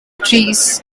trees